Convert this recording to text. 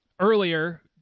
earlier